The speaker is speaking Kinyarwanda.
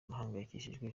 ahangayikishijwe